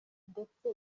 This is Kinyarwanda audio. ndetse